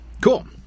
Cool